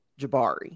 Jabari